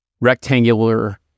rectangular